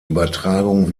übertragung